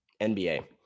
NBA